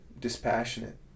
dispassionate